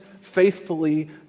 faithfully